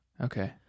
Okay